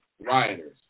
rioters